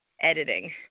editing